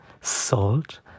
salt